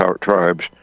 tribes